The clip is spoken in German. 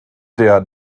der